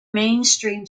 mainstream